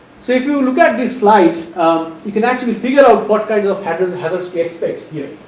so, if you look at this slide you can actually figure out what kind of hazards hazards to expect here.